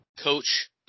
coach